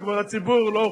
חבר הכנסת גילאון.